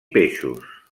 peixos